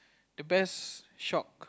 the best shock